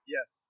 Yes